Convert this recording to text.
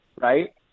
Right